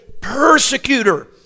persecutor